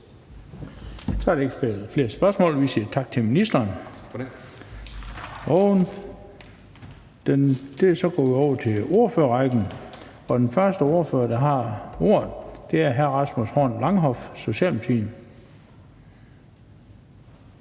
Så er der ikke flere spørgsmål. Vi siger tak til ministeren. Så går vi over til ordførerrækken, og den første ordfører, der får ordet, er hr. Rasmus Horn Langhoff fra Socialdemokratiet.